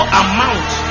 amount